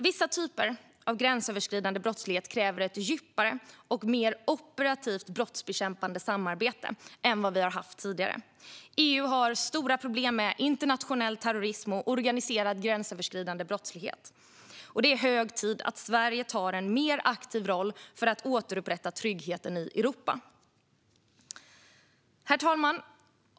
Vissa typer av gränsöverskridande brottslighet kräver ett djupare och mer operativt brottsbekämpande samarbete än vad vi har haft tidigare. EU har stora problem med internationell terrorism och organiserad gränsöverskridande brottslighet. Det är hög tid att Sverige tar en mer aktiv roll för att återupprätta tryggheten i Europa. Herr talman!